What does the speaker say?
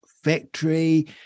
factory